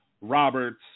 Roberts